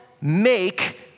make